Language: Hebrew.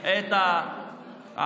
בין השכירים לבין